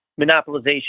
monopolization